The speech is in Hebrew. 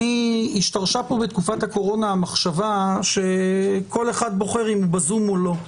השתרשה פה בתקופת הקורונה המחשבה שכל אחד בוחר אם בזום או לא.